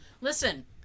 Listen